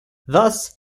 thus